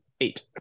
eight